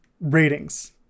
ratings